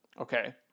Okay